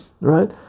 right